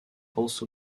also